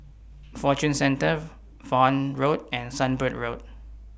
Fortune Centre Vaughan Road and Sunbird Road